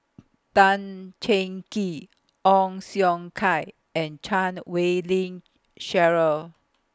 Tan Cheng Kee Ong Siong Kai and Chan Wei Ling Cheryl